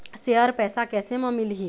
Share पैसा कैसे म मिलही?